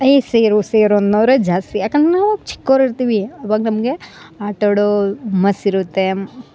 A ಸೇರು ಸೇರು ಅನ್ನೋವರೇ ಜಾಸ್ತಿ ಯಾಕಂದರೆ ನಾವು ಚಿಕ್ಕೋರ್ ಇರ್ತೀವಿ ಅವಾಗ ನಮಗೆ ಆಟಾಡೋ ಹುಮ್ಮಸ್ಸು ಇರುತ್ತೆ